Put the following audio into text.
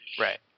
Right